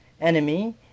enemy